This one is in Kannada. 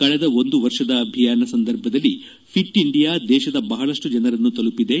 ಕಳೆದ ಒಂದು ವರ್ಷದ ಅಭಿಯಾನ ಸಂದರ್ಭದಲ್ಲಿ ಫಿಟ್ ಇಂಡಿಯಾ ದೇಶದ ಬಹಳಷ್ಟು ಜನರನ್ನು ತಲುಪಿದೆ